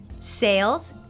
sales